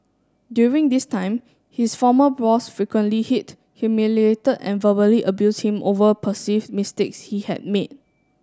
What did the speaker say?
during this time his former boss frequently hit humiliated and verbally abused him over perceived mistakes he had made